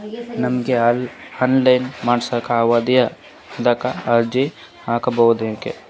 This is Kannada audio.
ನಮಗ ಹೆಲ್ತ್ ಇನ್ಸೂರೆನ್ಸ್ ಮಾಡಸ್ಲಾಕ ಅದರಿ ಅದಕ್ಕ ಅರ್ಜಿ ಹಾಕಬಕೇನ್ರಿ?